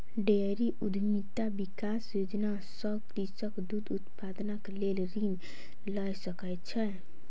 dairy उद्यमिता विकास योजना सॅ कृषक दूध उत्पादनक लेल ऋण लय सकै छै